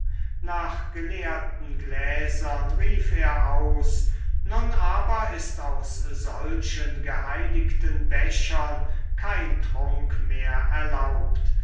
nach geleerten gläsern rief er aus nun aber ist aus solchen geheiligten bechern kein trunk mehr erlaubt